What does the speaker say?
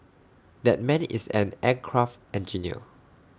that man is an aircraft engineer